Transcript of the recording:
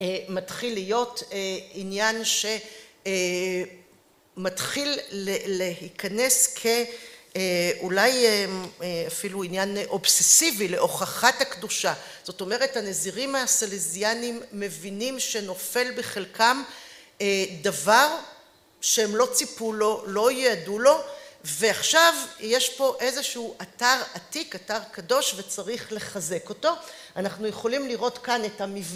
מתחיל להיות עניין שמתחיל להיכנס כאולי אפילו עניין אובססיבי להוכחת הקדושה. זאת אומרת, הנזירים הסלזיאנים מבינים שנופל בחלקם דבר שהם לא ציפו לו, לא ייעדו לו, ועכשיו יש פה איזשהו אתר עתיק, אתר קדוש, וצריך לחזק אותו. אנחנו יכולים לראות כאן את ה..